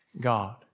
God